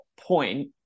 point